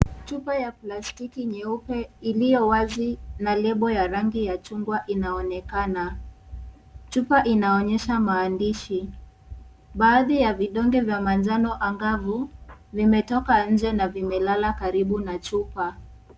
Chupa ya plastiki nyeupe iliyo wazi na lebo ya rangi ya chungwa inaonekana. Chupa inaonyesha maandishi. Baadhi ya vidonge vya manjano angavu vimetoka nje na vimelala karibu na chupa.